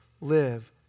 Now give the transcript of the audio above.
live